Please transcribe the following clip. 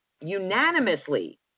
unanimously